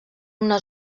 una